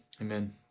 Amen